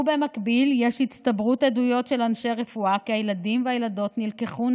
במקביל יש הצטברות עדויות של אנשי רפואה כי הילדים והילדות נלקחו,